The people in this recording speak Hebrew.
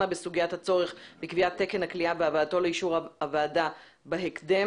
בסוגיית הצורך בקביעת תקן הגליאה והבאתו לאישור הוועדה בהקדם,